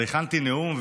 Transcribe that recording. אבל הכנתי נאום,